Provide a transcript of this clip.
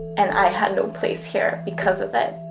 and i had no place here because